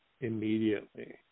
immediately